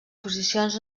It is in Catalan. posicions